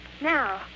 Now